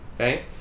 okay